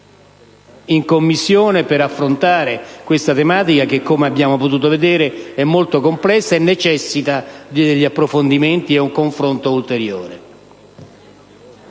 discussione per affrontare questa tematica che, come abbiamo potuto vedere, è molto complessa e necessita di approfondimenti e di un confronto ulteriore.